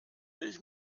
ich